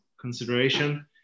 consideration